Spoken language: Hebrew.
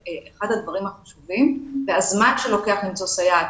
אחד הדברים החשובים זה הזמן שלוקח למצוא סייעת.